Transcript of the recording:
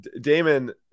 Damon